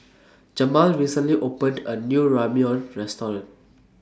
Jamaal recently opened A New Ramyeon Restaurant